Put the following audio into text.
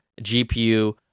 GPU